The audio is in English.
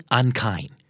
unkind